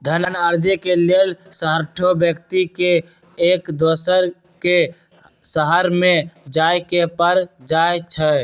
धन अरजे के लेल हरसठ्हो व्यक्ति के एक दोसर के शहरमें जाय के पर जाइ छइ